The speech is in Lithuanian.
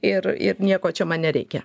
ir ir nieko čia man nereikia